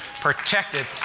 protected